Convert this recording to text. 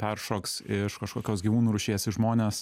peršoks iš kažkokios gyvūnų rūšies į žmones